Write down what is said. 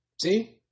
See